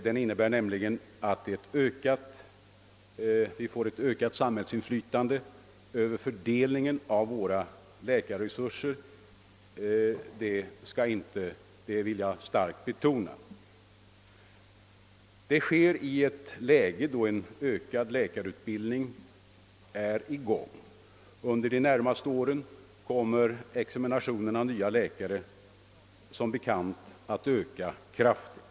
Den innebär nämligen att vi får ett ökat samhällsinflytande över våra läkarresurser. Det vill jag starkt betona. Detta sker i ett läge då läkarutbildningen har ökats. Under de närmaste åren kommer examinationen av nya läkare, som bekant, att öka kraftigt.